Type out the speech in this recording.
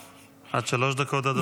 עד שלוש דקות, אדוני, לרשותך.